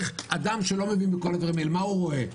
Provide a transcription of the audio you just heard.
אדם שלא מבין בכל הדברים האלה, מה הוא רואה?